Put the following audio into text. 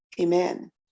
amen